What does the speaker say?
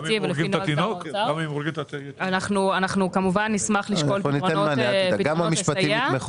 אנחנו כמובן נשמח לשקול פתרונות לסייע